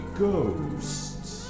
ghosts